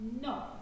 no